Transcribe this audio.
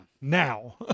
Now